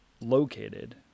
located